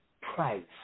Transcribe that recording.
Price